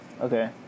okay